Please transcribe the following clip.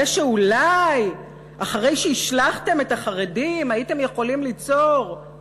זה שאולי אחרי שהשלכתם את החרדים הייתם יכולים ליצור,